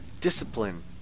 Discipline